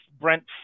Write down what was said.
Brent